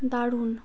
দারুণ